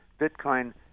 Bitcoin